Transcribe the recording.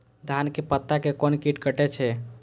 धान के पत्ता के कोन कीट कटे छे?